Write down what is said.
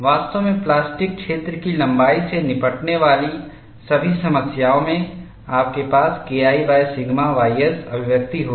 वास्तव में प्लास्टिक क्षेत्र की लंबाई से निपटने वाली सभी समस्याओं में आपके पास KI सिग्मा ys अभिव्यक्ति होगी